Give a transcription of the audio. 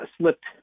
slipped